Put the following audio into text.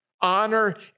Honor